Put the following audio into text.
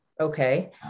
Okay